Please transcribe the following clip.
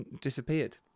disappeared